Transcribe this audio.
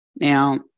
now